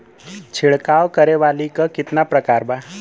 छिड़काव करे वाली क कितना प्रकार बा?